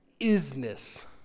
isness